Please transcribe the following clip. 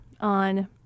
on